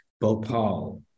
Bhopal